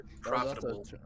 profitable